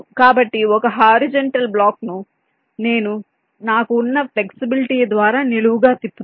కాబట్టి ఒక horizontal block ను నేను నాకు ఉన్న ఫ్లెక్సిబిలిటీ ద్వారా నిలువుగా తిప్పుతాను